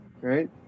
right